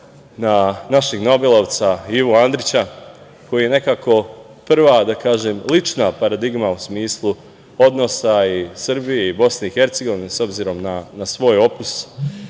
nobelovca Ivu Andrića koji je nekako prva lična paradigma u smislu odnosa i Srbije i Bosne i Hercegovine, obzirom na svoj opus